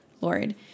Lord